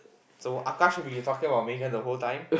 so Akash should be talking about Megan the whole time